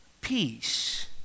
peace